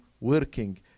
working